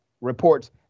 reports